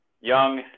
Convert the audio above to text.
young